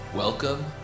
Welcome